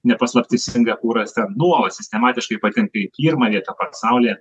ne paslaptis singapūras ten nuolat sistematiškai patempė į pirmą vietą pasaulyje